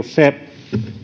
se